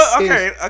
okay